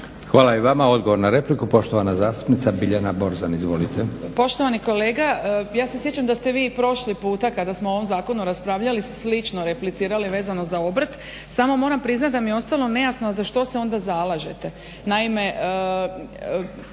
Hvala i vama, odgovor na repliku, poštovana zastupnica Biljana Borzan. Izvolite. **Borzan, Biljana (SDP)** Poštovani kolega, ja se sjećam da ste vi prošli puta kada smo o ovom zakonu raspravljali slično replicirali vezano za obrt samo moram priznati da mi je ostalo nejasno za što se onda zalažete.